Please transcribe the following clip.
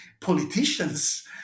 politicians